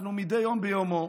אנחנו מדי יום ביומו,